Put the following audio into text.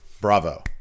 Bravo